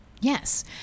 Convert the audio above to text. Yes